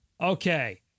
Okay